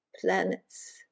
planets